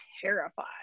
terrified